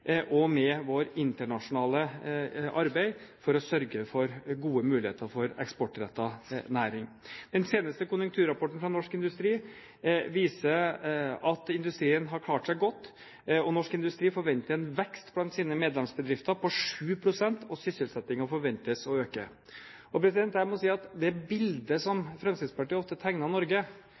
politikk, med vår næringspolitikk og med vårt internasjonale arbeid for å sørge for gode muligheter for eksportrettet næring. Den seneste konjunkturrapporten fra norsk industri viser at industrien har klart seg godt, og norsk industri forventer en vekst blant sine medlemsbedrifter på 7 pst., og sysselsettingen forventes å øke. Det bildet som Fremskrittspartiet ofte tegner av Norge,